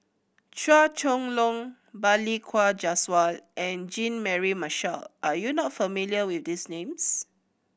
Chua Chong Long Balli Kaur Jaswal and Jean Mary Marshall Are you not familiar with these names